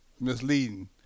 misleading